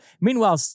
Meanwhile